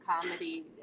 comedy